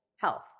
health